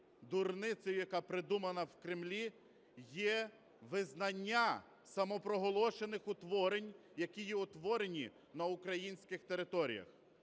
дурницею, яка придумана у Кремлі, є визнання самопроголошених утворень, які є утворені на українських територіях.